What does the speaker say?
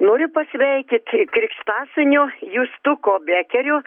noriu pasveikyti krikštasūnio justuko bekerio